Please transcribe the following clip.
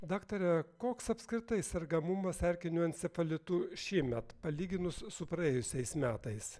daktare koks apskritai sergamumas erkiniu encefalitu šįmet palyginus su praėjusiais metais